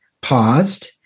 paused